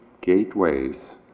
gateways